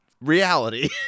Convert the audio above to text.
reality